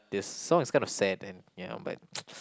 this song is kind of sad and ya but